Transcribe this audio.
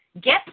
get